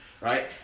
right